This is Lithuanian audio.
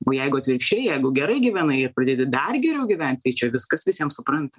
o jeigu atvirkščiai jeigu gerai gyvenai ir pradedi dar geriau gyvent tai čia viskas visiems supranta